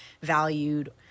valued